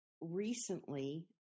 recently